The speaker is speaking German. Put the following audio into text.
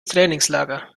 trainingslager